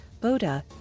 Boda